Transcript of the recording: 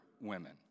women